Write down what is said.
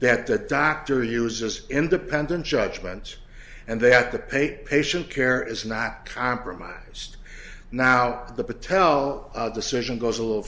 that the doctor uses independent judgments and they have to pay patient care is not for my just now the patel decision goes a little